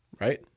right